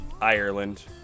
Ireland